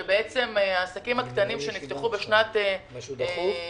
שהעסקים הקטנים שנפתחו בשנת 2020